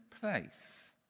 place